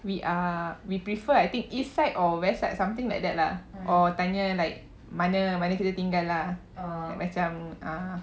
we are we prefer I think east side or west side something like that lah or tanya like mana kita tinggal lah like macam ah